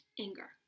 Anger